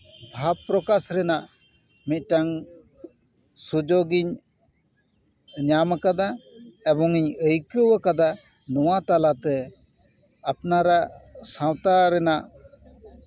ᱵᱷᱟᱵᱽ ᱯᱨᱚᱠᱟᱥ ᱨᱮᱱᱟᱜ ᱢᱤᱫᱴᱟᱱ ᱥᱩᱡᱳᱜᱽ ᱤᱧ ᱧᱟᱢ ᱟᱠᱟᱫᱟ ᱮᱵᱚᱝ ᱤᱧ ᱟᱹᱭᱠᱟᱹᱣ ᱟᱠᱟᱫᱟ ᱱᱚᱣᱟ ᱛᱟᱞᱟᱛᱮ ᱟᱯᱱᱟᱨᱟᱜ ᱥᱟᱶᱛᱟ ᱨᱮᱱᱟᱜ